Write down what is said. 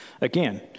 Again